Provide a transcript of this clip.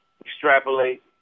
extrapolate